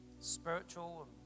spiritual